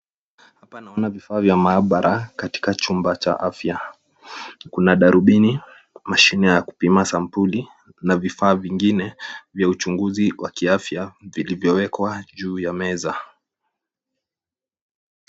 Hapa naona vifaa vya maabara katika chumba cha afya kuna darubini, mashine ya kupima sampuli na vifaa vingine vya uchunguzi wa kiafya vilivyowekwa juu ya meza.